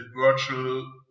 virtual